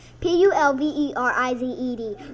p-u-l-v-e-r-i-z-e-d